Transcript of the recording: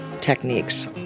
techniques